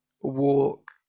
walk